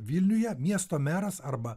vilniuje miesto meras arba